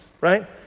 right